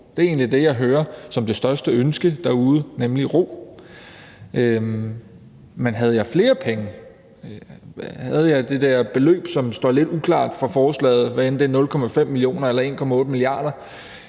Det er egentlig det, jeg hører er det største ønske derude, nemlig ro. Men havde jeg flere penge, havde jeg det der beløb, som er lidt uklart i forslaget, hvad end det er 0,5 mio. kr. eller 1,8 mia.